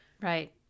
Right